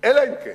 אלא אם כן